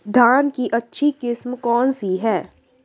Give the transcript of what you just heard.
धान की अच्छी किस्म कौन सी है?